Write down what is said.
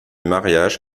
mariage